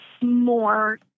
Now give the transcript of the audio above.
more